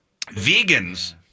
Vegans